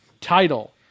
title